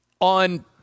on